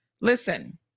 Listen